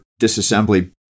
disassembly